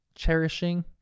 Cherishing